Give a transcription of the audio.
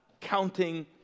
counting